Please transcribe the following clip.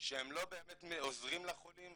והוא כבר מאשר לי 40 חסר תקדים בפעם ראשונה,